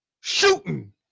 shooting